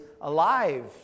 alive